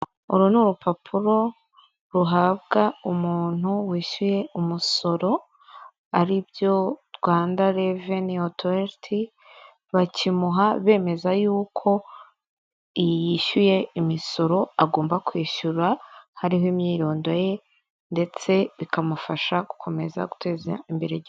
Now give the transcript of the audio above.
Uru ni urupapuro ruhabwa umuntu wishyuye umusoro aribyo Rwanda Revenue Authority, bakimuha bemeza y'uko yishyuye imisoro agomba kwishyura, hariho imyirondoro ye ndetse bikamufasha gukomeza guteza imbere igihugu.